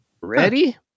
ready